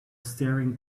staring